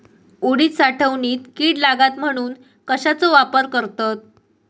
उडीद साठवणीत कीड लागात म्हणून कश्याचो वापर करतत?